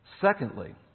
Secondly